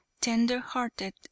tender-hearted